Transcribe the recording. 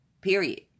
Period